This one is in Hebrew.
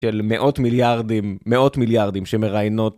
של מאות מיליארדים, מאות מיליארדים שמראיינות.